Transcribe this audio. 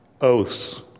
oaths